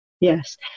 Yes